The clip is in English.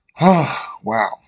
Wow